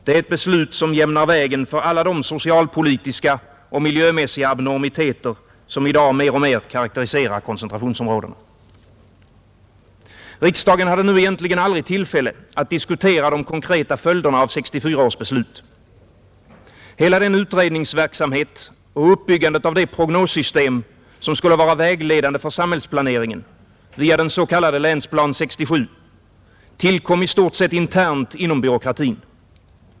Det är ett beslut, som jämnar vägen för alla de socialpolitiska och miljömässiga abnormiteter som i dag mer och mer karakteriserar koncentrationsområdena. Riksdagen hade egentligen aldrig tillfälle att diskutera de konkreta följderna av 1964 års beslut. Hela den utredningsverksamhet och hela uppbyggandet av det prognossystem som skulle vara vägledande för samhällsplaneringen via den s, k. Länsplan 67 skedde i stort sett internt inom byråkratin.